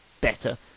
better